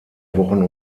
wochen